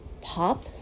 pop